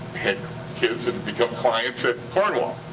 had kids and become clients at cornwall.